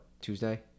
Tuesday